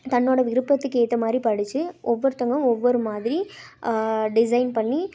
தன்னோட விருப்பத்துக்கு ஏற்ற மாதிரி படித்து ஒவ்வொருத்தங்களும் ஒவ்வொரு மாதிரி டிசைன் பண்ணி